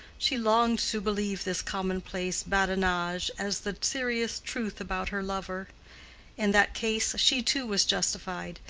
she longed to believe this commonplace badinage as the serious truth about her lover in that case, she too was justified.